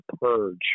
purge